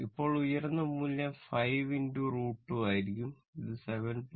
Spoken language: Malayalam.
ഇപ്പോൾ ഉയർന്ന മൂല്യം 5 √ 2 ആയിരിക്കും അത് 7